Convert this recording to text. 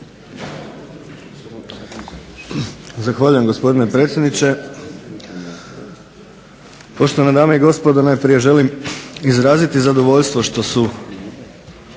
Zahvaljujem gospodine predsjedniče. Poštovane dame i gospodo. Najprije želim izraziti zadovoljstvo što su